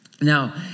Now